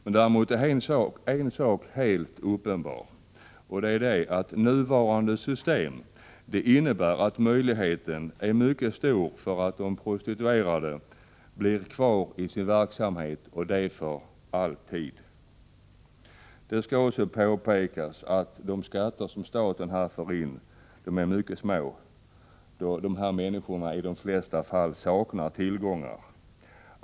En sak är däremot helt uppenbar, och det är att nuvarande system innebär att möjligheten är mycket stor att de prostituerade blir kvar i sin verksamhet och det för alltid. Det skall också påpekas att de skatter staten här får in är mycket små, då dessa människor i de flesta fall saknar tillgångar.